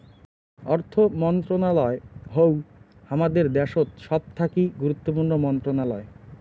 অর্থ মন্ত্রণালয় হউ হামাদের দ্যাশোত সবথাকি গুরুত্বপূর্ণ মন্ত্রণালয়